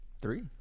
Three